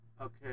Okay